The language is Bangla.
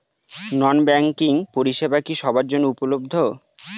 নন ব্যাংকিং পরিষেবা কি সবার জন্য উপলব্ধ?